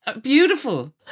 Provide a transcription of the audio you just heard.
beautiful